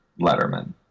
Letterman